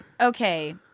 okay